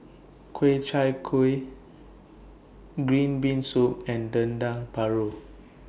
Ku Chai Kuih Green Bean Soup and Dendeng Paru